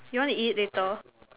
you want to eat later